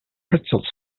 pretzels